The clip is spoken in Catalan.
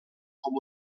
com